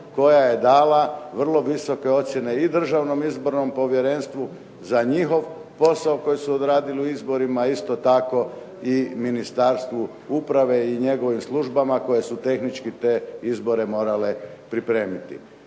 koja je dala visoke ocjene i Državnom izbornom povjerenstvu za njihov posao koji su odradili u izborima, a isto tako Ministarstvu uprave i njegovim službama koje su te izbore morali pripremiti.